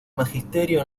magisterio